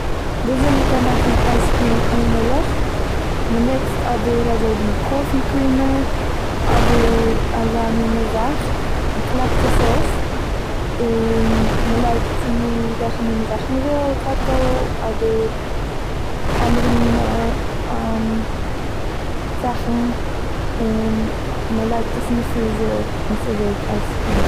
ווי אזוי מ'קען מאכן אייז קריעם אן מילך, מ'נוצט אדער אזוי ווי קאפי קרימער אדער אזא מינע זאך, מ'קלאפט עס אויף און מ'לייגט צו וועלכע מינע זאך מ'וויל, קאקאו אדער אנדערע מינע זאכן, און מ'לייגט עס אין די פריזער און ס'ווערט אייז קריעם.